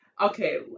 Okay